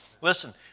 Listen